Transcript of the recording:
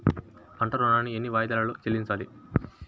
పంట ఋణాన్ని ఎన్ని వాయిదాలలో చెల్లించాలి?